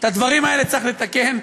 את הדברים האלה צריך לתקן.